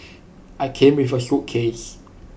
I came with A suitcase